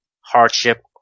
hardship